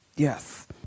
Yes